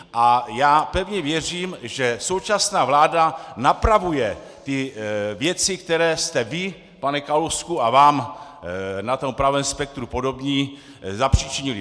A já pevně věřím, že současná vláda napravuje věci, které jste vy, pane Kalousku a vám na pravém spektru podobní, zapříčinili.